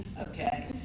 Okay